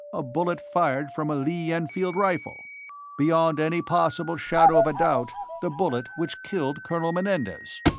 a bullet fired from a lee-enfield rifle beyond any possible shadow of doubt the bullet which killed colonel menendez.